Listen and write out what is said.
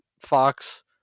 fox